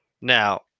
Now